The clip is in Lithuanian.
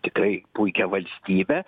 tikrai puikią valstybę